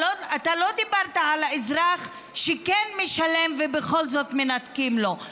אתה לא דיברת על האזרח שכן משלם ובכל זאת מנתקים לו.